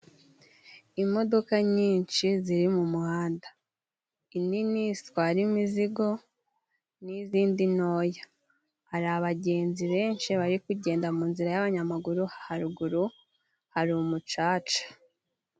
Imodoka nyinshi ziri mu muhanda. Inini zitwara imizigo n'izindi ntoya. Hari abagenzi benshi bari kugenda mu nzira y'abanyamaguru, haruguru hari umucaca.